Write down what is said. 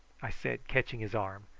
i said, catching his arm,